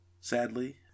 sadly